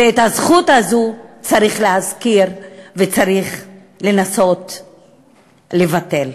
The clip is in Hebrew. ואת זה צריך להזכיר וצריך לנסות לבטל.